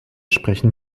sprechen